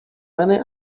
many